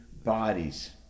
bodies